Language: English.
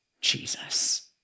Jesus